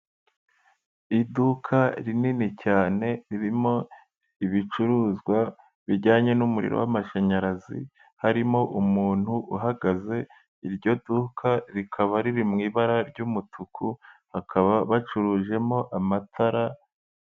Iduka rinini cyane ririmo ibicuruzwa bijyanye n'umuriro w'mashanyarazi harimo umuntu uhagaze, iryo duka rikaba riri mu ibara ry'umutuku, bakaba bacurujemo amatara.